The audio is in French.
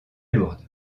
lourdes